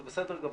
זה בסדר גמור.